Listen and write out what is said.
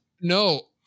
No